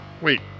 Wait